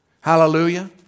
Hallelujah